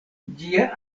ĝia